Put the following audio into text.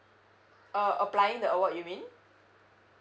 uh applying the award you meant